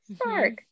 spark